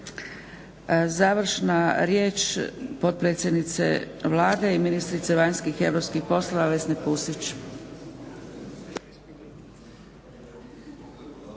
Završna riječ potpredsjednice Vlade i ministrice vanjskih i europskih poslova Vesne Pusić.